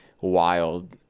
wild